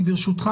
ברשותך,